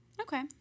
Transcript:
Okay